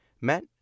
met